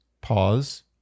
pause